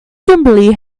kimberly